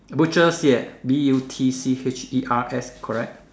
butchers yes B_U_T_C_H_E_R_S correct